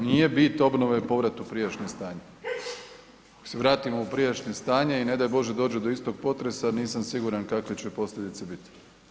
Nije bit obnove povrat u prijašnje stanje, ako se vratimo u prijašnje stanje i ne daj Bože do istog potresa nisam siguran kakve će posljedice bit.